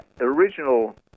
original